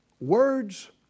Words